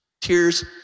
Tears